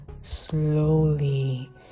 slowly